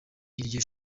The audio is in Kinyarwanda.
iryo